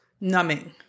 numbing